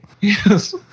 Yes